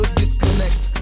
disconnect